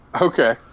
Okay